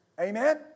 Amen